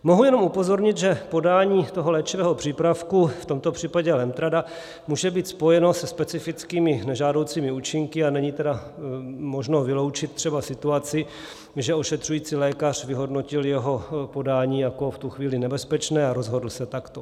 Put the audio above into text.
Mohu jenom upozornit, že podání toho léčivého přípravku, v tomto případě Lemtrada, může být spojeno se specifickými nežádoucími účinky, a není tedy možno vyloučit třeba situaci, že ošetřující lékař vyhodnotil jeho podání jako v tu chvíli nebezpečné a rozhodl se takto.